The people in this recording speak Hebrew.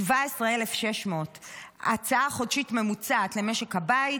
17,600. הכנסה חודשית ממוצעת למשק הבית,